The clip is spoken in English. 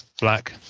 black